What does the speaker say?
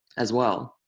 as well.